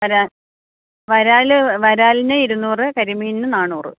പിന്നെ വരാല് വരാലിന് ഇരുന്നൂറ് കരിമീനിന് നാന്നൂറ്